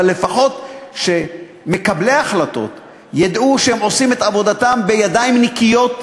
אבל לפחות שמקבלי ההחלטות ידעו שהם עושים את עבודתם בידיים נקיות,